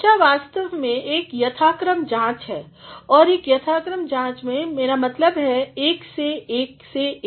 चर्चा वास्तवमें एकयथाक्रमजांच है यह एक यथाक्रम जांच है मेरा मतलब एक से एक से एक